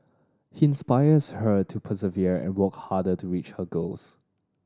he inspires her to persevere and work harder to reach her goals